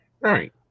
Right